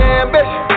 ambition